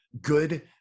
good